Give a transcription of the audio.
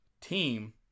team